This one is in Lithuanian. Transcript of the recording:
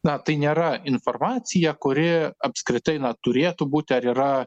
na tai nėra informacija kuri apskritai na turėtų būti ar yra